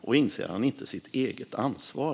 Och inser han inte sitt eget ansvar?